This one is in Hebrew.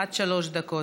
עד שלוש דקות.